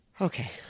Okay